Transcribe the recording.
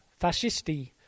fascisti